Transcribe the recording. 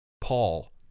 Paul